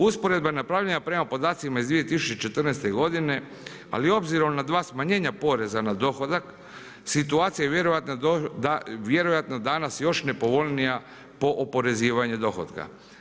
Usporedba je napravljena prema podacima iz 2014. godine, ali obzirom na dva smanjenja poreza na dohodak situacija je vjerojatno danas još nepovoljnija po oporezivanje dohotka.